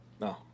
No